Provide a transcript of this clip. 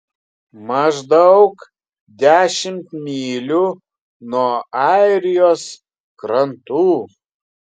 maždaug dešimt mylių nuo airijos krantų